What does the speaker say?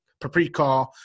paprika